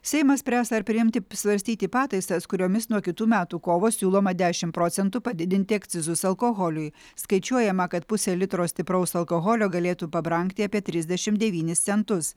seimas spręs ar priimti svarstyti pataisas kuriomis nuo kitų metų kovo siūloma dešimt procentų padidinti akcizus alkoholiui skaičiuojama kad pusė litro stipraus alkoholio galėtų pabrangti apie trisdešimt devynis centus